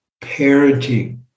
parenting